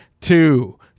two